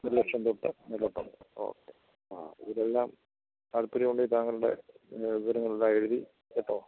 ഒരു ലക്ഷം തൊട്ട് മേലോട്ടുണ്ട് ഓക്കേ ആ ഇതെല്ലാം താൽപ്പര്യമുണ്ടോ താങ്കളുടെ വിവരങ്ങളെല്ലാമെഴുതി കേട്ടോ